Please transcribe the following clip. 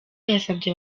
yasabye